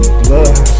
blood